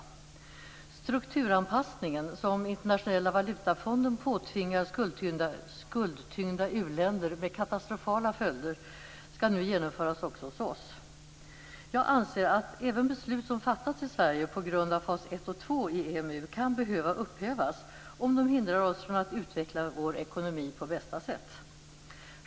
Den strukturanpassning som Internationella valutafonden påtvingar skuldtyngda uländer med katastrofala följder skall nu genomföras också hos oss. Jag anser att även beslut som fattats i Sverige på grund av fas 1 och 2 i EMU kan behöva upphävas om de hindrar oss från att utveckla vår ekonomi på bästa sätt.